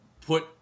put